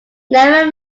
never